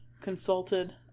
consulted